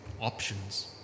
options